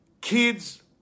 Kids